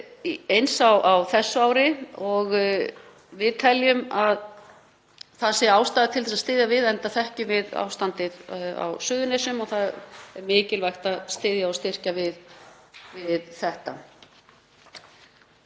eins á þessu ári og við teljum að það sé ástæða til að styðja við það, enda þekkjum við ástandið á Suðurnesjum og það er mikilvægt að styðja og styrkja þessa